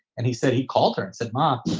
and he said he called her and said, mom,